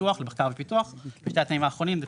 לפיתוח למחקר ופיתוח, ושני התנאים האחרונים זה